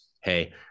Hey